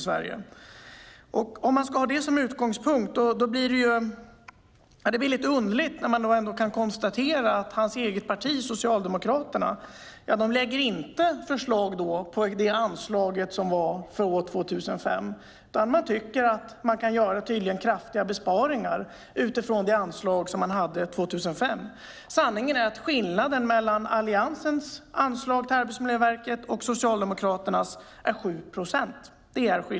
Ska man ha detta som utgångspunkt blir det underligt att Raimos eget parti, Socialdemokraterna, inte lägger fram förslag på det anslag som var 2005. I stället tycker man att det kan göras kraftiga besparingar jämfört med anslaget från 2005. Sanningen är att det skiljer 7 procent mellan Alliansens anslag till Arbetsmiljöverket och Socialdemokraternas.